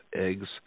eggs